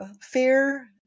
fear